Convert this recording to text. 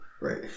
Right